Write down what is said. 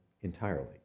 entirely